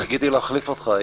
הצבעה